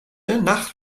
nach